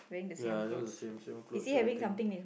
ya that was the same same clothes everything